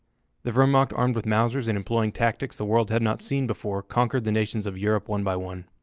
the wehrmacht armed with mausers and employing tactics the world had not seen before conquered the nations of europe one by one.